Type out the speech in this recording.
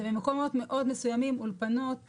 זה במקומות מאוד מסוימים אולפנות,